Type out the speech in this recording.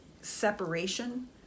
separation